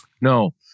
No